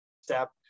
step